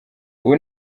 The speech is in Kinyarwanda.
ubu